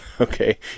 Okay